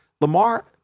Lamar